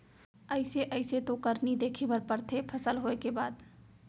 अइसे अइसे तो करनी देखे बर परथे फसल होय के बाद